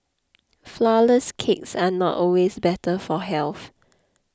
Flourless Cakes are not always better for health